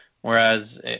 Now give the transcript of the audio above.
whereas